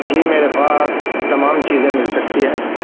جی میرے پاس تمام چیزیں مل سکتی ہے